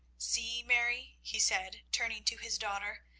see, mary, he said, turning to his daughter,